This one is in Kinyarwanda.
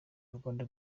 rwanda